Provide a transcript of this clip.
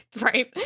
Right